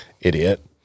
Idiot